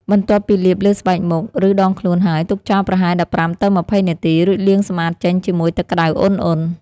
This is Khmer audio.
បន្ទាប់ពីលាបលើស្បែកមុខ ឬដងខ្លួនហើយ ទុកចោលប្រហែល ១៥ ទៅ ២០ នាទី រួចលាងសម្អាតចេញជាមួយទឹកក្តៅឧណ្ហៗ។